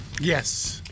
Yes